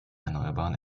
erneuerbaren